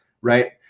right